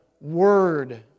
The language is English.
Word